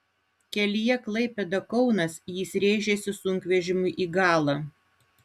kelyje klaipėda kaunas jis rėžėsi sunkvežimiui į galą